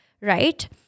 right